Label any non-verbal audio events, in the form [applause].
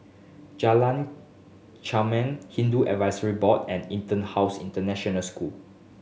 Jalan [unintelligible] Hindu Advisory Board and EtonHouse International School